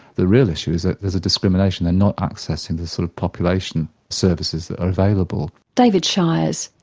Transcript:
the real issue is that there's a discrimination they're not accessing the sort of population services that are available. david shiers,